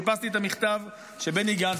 חיפשתי את המכתב של בני גנץ,